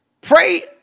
pray